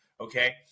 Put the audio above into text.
okay